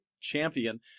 champion